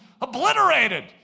obliterated